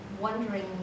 wondering